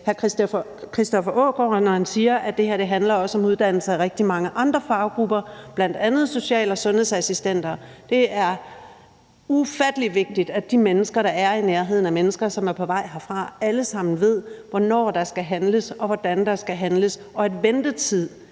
hr. Christoffer Aagaard Melson, når han siger, at det her også handler om uddannelse af rigtig mange andre faggrupper, bl.a. social- og sundhedsassistenter. Det er ufattelig vigtigt, at de mennesker, der er i nærheden af mennesker, som er på vej herfra, alle sammen ved, hvornår der skal handles, og hvordan der skal handles – og at ventetid